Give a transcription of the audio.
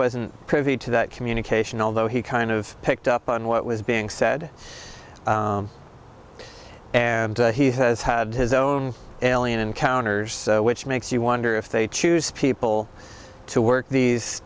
wasn't privy to that communication although he kind of picked up on what was being said and he has had his own alien encounters which makes you wonder if they choose people to work these